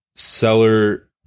seller